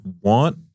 want